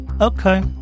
okay